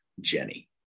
Jenny